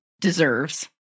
deserves